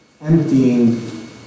emptying